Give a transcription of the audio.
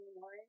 more